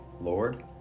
Lord